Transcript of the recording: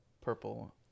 purple